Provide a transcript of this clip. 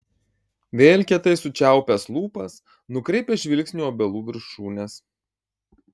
vėl kietai sučiaupęs lūpas nukreipia žvilgsnį į obelų viršūnes